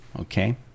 Okay